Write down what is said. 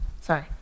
Sorry